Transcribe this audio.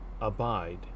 abide